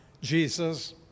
Jesus